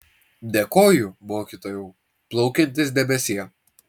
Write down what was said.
dėkoju mokytojau plaukiantis debesie